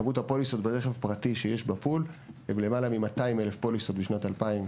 כמות הפוליסות ברכב פרטי שיש בפול הם למעלה מ-200,000 פוליסות ב-22'.